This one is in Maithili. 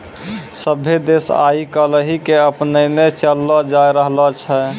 सभ्भे देश आइ काल्हि के अपनैने चललो जाय रहलो छै